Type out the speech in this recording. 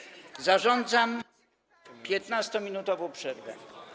Zarządzam 15-minutową przerwę.